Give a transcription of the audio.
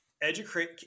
educate